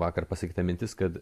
vakar pasiekta mintis kad